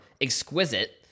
Exquisite